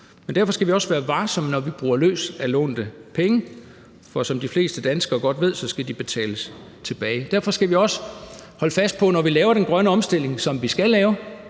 men derfor skal vi også være varsomme, når vi bruger løs af lånte penge, for som de fleste danskere godt ved, skal de betales tilbage. Derfor skal vi også holde fast i, når vi laver den grønne omstilling, som vi skal lave,